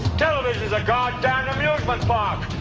television is a goddamned amusement park.